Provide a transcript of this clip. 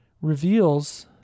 reveals